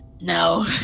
no